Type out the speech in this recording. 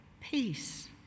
peace